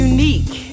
Unique